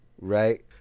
Right